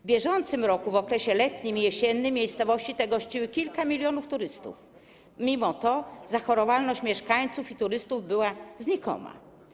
W bieżącym roku, w okresie letnim i jesiennym, miejscowości te gościły kilka milionów turystów, mimo to zachorowalność mieszkańców i turystów była znikoma.